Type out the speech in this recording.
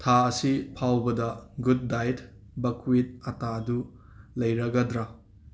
ꯊꯥ ꯑꯁꯤ ꯐꯥꯎꯕꯗ ꯒꯨꯠ ꯗꯥꯏꯠ ꯕꯛꯋꯤꯠ ꯑꯠꯇꯥꯗꯨ ꯂꯩꯔꯒꯗ꯭ꯔ